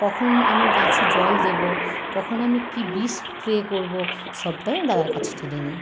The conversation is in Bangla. কখন আমি গাছে জল দেব কখন আমি কি বিষ স্প্রে করব সবটাই আমি দাদার কাছে জেনে নেই